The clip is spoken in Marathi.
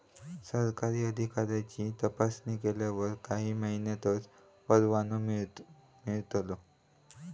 सरकारी अधिकाऱ्यांची तपासणी केल्यावर काही महिन्यांतच परवानो मिळतलो